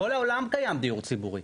כל העולם קיים דיור ציבורי,